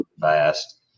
fast